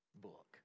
book